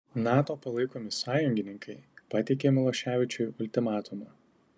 nato palaikomi sąjungininkai pateikė miloševičiui ultimatumą